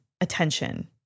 attention